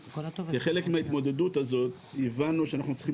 כחלק מההתמודדות הזו הבנו שאנחנו צריכים